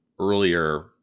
earlier